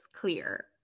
clear